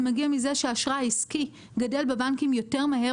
זה מגיע מזה שאשראי עסקי גדל בבנקים יותר מהר,